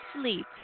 sleep